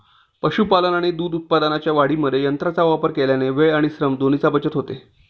पशुपालन आणि दूध उत्पादनाच्या वाढीमध्ये यंत्रांचा वापर केल्याने वेळ आणि श्रम दोन्हीची बचत होते